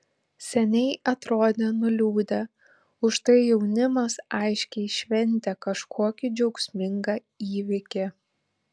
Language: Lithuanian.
seniai atrodė nuliūdę užtai jaunimas aiškiai šventė kažkokį džiaugsmingą įvykį